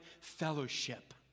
fellowship